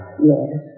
Yes